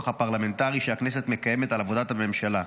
הפרלמנטרי שהכנסת מקיימת על עבודת הממשלה.